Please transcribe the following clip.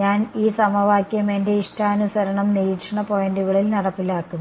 ഞാൻ ഈ സമവാക്യം എന്റെ ഇഷ്ടാനുസരണം നിരീക്ഷണ പോയിന്റുകളിൽ നടപ്പിലാക്കുന്നു